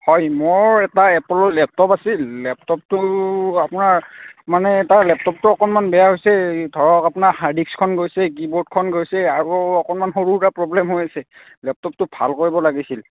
হয় মোৰ এটা এ'পলৰ লেপটপ আছিল লেপটপটো আপোনাৰ মানে তাৰ লেপটপটো অকণমান বেয়া হৈছে এই ধৰক আপোনাৰ হাৰ্ড ডিস্কখন গৈছে কী বৰ্ডখন গৈছে আকৌ অকণমান সৰু সুৰা প্ৰব্লেম হৈ আছে লেপটপটো ভাল কৰিব লাগিছিল